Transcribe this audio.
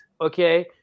okay